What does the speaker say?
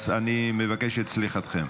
אז אני מבקש את סליחתכם.